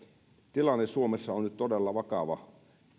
tilanne suomessa on nyt todella vakava